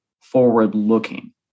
forward-looking